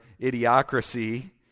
idiocracy